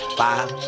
five